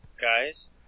Guys